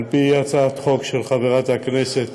על-פי הצעת חוק של חברת הכנסת